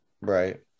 Right